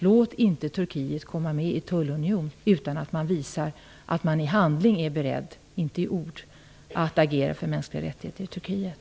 Låt inte Turkiet komma med i tullunionen utan att de visar att de i handling och inte i ord är beredda att agera för mänskliga rättigheter i Turkiet.